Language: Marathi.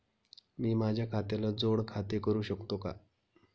मी माझ्या खात्याला जोड खाते करू शकतो का?